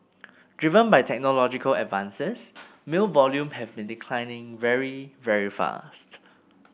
driven by technological advances mail volume have been declining very very fast